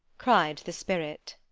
cried the spirit.